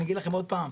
אני אגיד לכם עוד פעם,